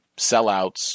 sellouts